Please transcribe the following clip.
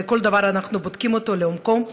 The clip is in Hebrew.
וכל דבר אנחנו בודקים לעומקו.